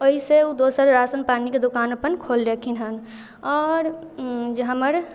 ओहिसँ ओ दोसर राशनपानीके दोकान अपन खोललखिन हँ आओर जे हमर